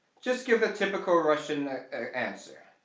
just give a typical russian answer